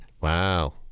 Wow